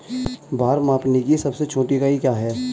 भार मापने की सबसे छोटी इकाई क्या है?